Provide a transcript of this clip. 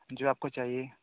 जो आपको चाहिए